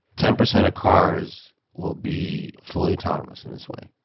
ten percent of cars will be fully autonomous in this way.